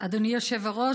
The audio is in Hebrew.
אדוני היושב-ראש,